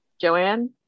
Joanne